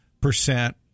percent